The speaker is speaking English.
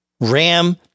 RAM